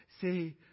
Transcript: say